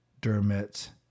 Dermot